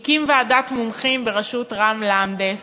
הקים ועדת מומחים בראשות רם לנדס,